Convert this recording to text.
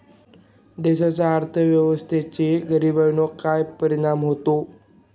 देशाच्या अर्थव्यवस्थेचा गरीबांवर काय परिणाम होतो